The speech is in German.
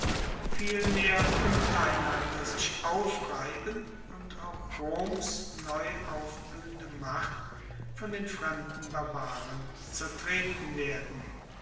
vielmehr untereinander sich aufreiben und auch roms neu aufbluehende macht von den fremden barbaren zertreten werden